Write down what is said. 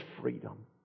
freedom